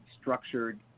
structured